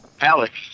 Alex